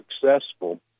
successful